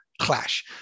clash